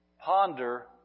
Ponder